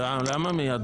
למה מיד?